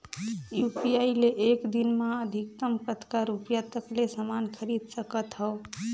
UPI ले एक दिन म अधिकतम कतका रुपिया तक ले समान खरीद सकत हवं?